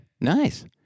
Nice